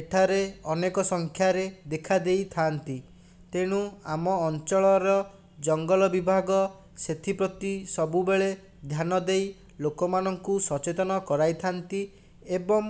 ଏଠାରେ ଅନେକ ସଂଖ୍ୟାରେ ଦେଖା ଦେଇଥାନ୍ତି ତେଣୁ ଆମ ଅଞ୍ଚଳର ଜଙ୍ଗଲ ବିଭାଗ ସେଥିପ୍ରତି ସବୁବେଳେ ଧ୍ୟାନ ଦେଇ ଲୋକମାନଙ୍କୁ ସଚେତନ କରାଇଥାନ୍ତି ଏବଂ